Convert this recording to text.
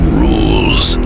rules